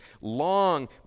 long